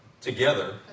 together